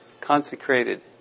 consecrated